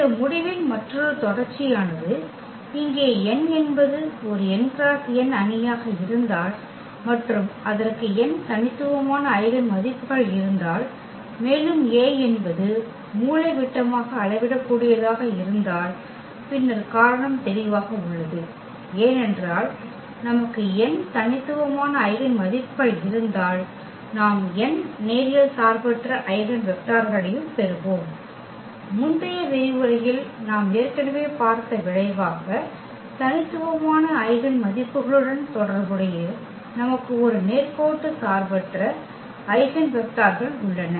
இந்த முடிவின் மற்றொரு தொடர்ச்சியானது இங்கே n என்பது ஒரு n × n அணியாக இருந்தால் மற்றும் அதற்கு n தனித்துவமான ஐகென் மதிப்புகள் இருந்தால் மேலும் A என்பது மூலைவிட்டமாக அளவிடக்கூடியதாக இருந்தால் பின்னர் காரணம் தெளிவாக உள்ளது ஏனென்றால் நமக்கு n தனித்துவமான ஐகென் மதிப்புகள் இருந்தால் நாம் n நேரியல் சார்பற்ற ஐகென் வெக்டர்களையும் பெறுவோம் முந்தைய விரிவுரையில் நாம் ஏற்கனவே பார்த்த விளைவாக தனித்துவமான ஐகென் மதிப்புகளுடன் தொடர்புடைய நமக்கு ஒரு நேர்கோட்டு சார்பற்ற ஐகென் வெக்டர்கள் உள்ளன